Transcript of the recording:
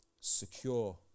secure